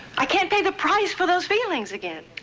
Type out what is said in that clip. i can't pay the price for those feelings again.